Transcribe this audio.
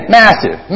massive